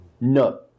No